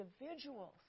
individuals